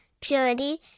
purity